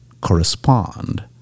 correspond